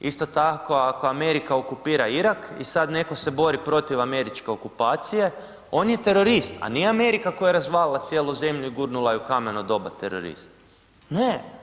Isto tako ako Amerika okupira Irak i sad neko se bori protiv američke okupacije on je terorist, a nije Amerika koja je razvalila cijelu zemlju i gurnula je u kameno doba terorist, ne.